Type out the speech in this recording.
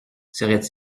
serait